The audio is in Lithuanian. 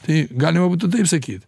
tai galima būtų taip sakyt